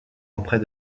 auprès